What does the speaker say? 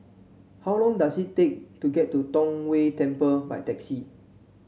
how long does it take to get to Tong Whye Temple by taxi